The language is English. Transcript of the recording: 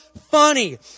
funny